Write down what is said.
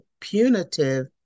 punitive